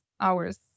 hours